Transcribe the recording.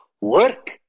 Work